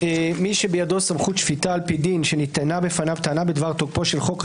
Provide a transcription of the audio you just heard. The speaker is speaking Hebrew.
מי שבידו סמכות שפיטה על פי דין שנטענה בפניו טענה בדבר תוקפו של חוק,